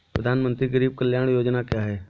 प्रधानमंत्री गरीब कल्याण योजना क्या है?